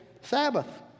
Sabbath